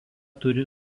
turi